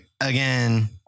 again